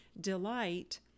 Delight